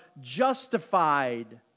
justified